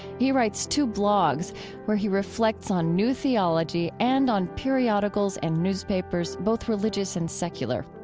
he writes two blogs where he reflects on new theology and on periodicals and newspapers, both religious and secular.